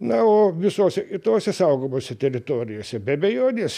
na o visose itose saugomose teritorijose be abejonės